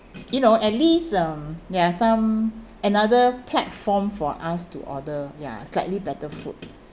you know at least um there are some another platform for us to order ya slightly better food